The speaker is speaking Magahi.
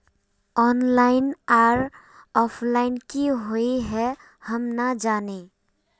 ऑनलाइन आर ऑफलाइन की हुई है हम ना जाने?